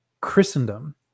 Christendom